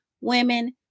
women